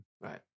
Right